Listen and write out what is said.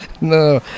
No